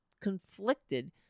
conflicted